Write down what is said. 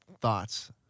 thoughts